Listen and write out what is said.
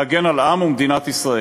להגן על העם ומדינת ישראל.